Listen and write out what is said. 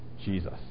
Jesus